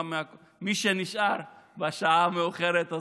מי שנשאר בשעה המאוחרת הזאת,